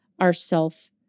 ourself